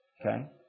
Okay